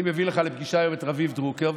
אני מביא לפגישה היום את רביב דרוקר.